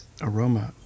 aroma